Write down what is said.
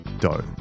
dough